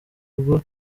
rugo